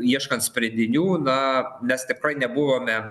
ieškant sprendinių na mes tikrai nebuvome